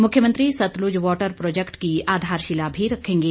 मुख्यमंत्री Sutlej water project की आधारशिला भी रखेंगे